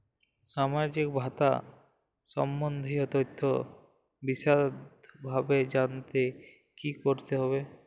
সামাজিক ভাতা সম্বন্ধীয় তথ্য বিষদভাবে জানতে কী করতে হবে?